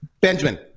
Benjamin